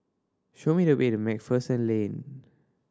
show me the way the Macpherson Lane